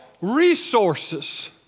resources